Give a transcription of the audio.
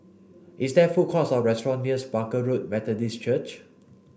is there food courts or restaurant nears Barker Road Methodist Church